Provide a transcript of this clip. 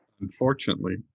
Unfortunately